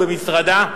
ומשרדה,